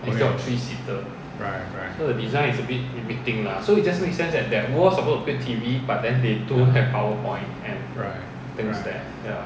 okay right right ya right right